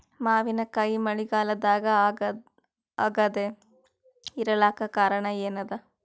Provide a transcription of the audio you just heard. ಮಾವಿನಕಾಯಿ ಮಳಿಗಾಲದಾಗ ಆಗದೆ ಇರಲಾಕ ಕಾರಣ ಏನದ?